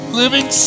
living